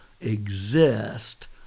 exist